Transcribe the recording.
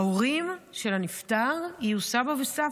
ההורים של הנפטר יהיו סבא וסבתא.